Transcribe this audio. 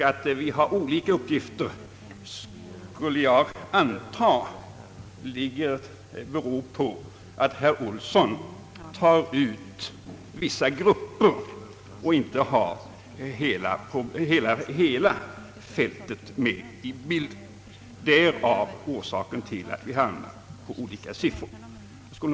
Att vi har olika uppgifter kan bero på att herr Olsson tar ut vissa grupper och inte har hela fältet med i bilden. Det torde vara orsaken till att vi hamnar på olika siffror.